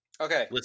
Okay